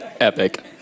epic